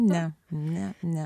ne ne ne